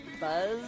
Buzz